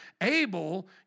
Abel